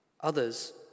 Others